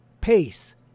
Pace